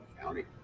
County